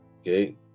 Okay